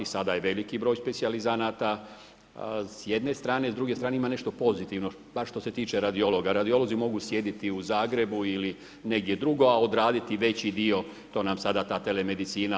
Sada je veliki broj specijalizanata s jedne strane, s druge strane ima nešto pozitivno bar što se tiče radiologa, radiolozi mogu sjediti u Zagrebu ili negdje drugdje, a odraditi veći dio to nam sada ta telemedicina